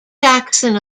jackson